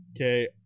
Okay